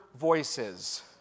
voices